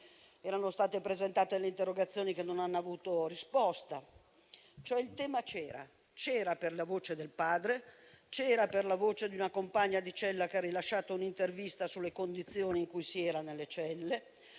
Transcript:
erano state presentate delle interrogazioni, che non hanno avuto risposta. Dunque il tema c'era: c'era per la voce del padre; c'era per la voce di una compagna di cella che ha rilasciato un'intervista sulle condizioni in cui si era nelle celle;